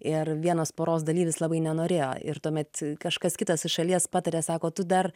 ir vienas poros dalyvis labai nenorėjo ir tuomet kažkas kitas iš šalies pataria sako tu dar